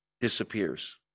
disappears